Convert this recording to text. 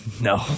No